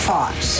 Fox